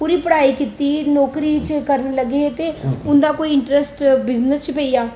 पूरी पढ़ाई कीती नौकरी च करने लग्गे ते उंदा कोई इंटरेस्ट बिजनस च पेई गेआ